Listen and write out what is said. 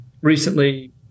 recently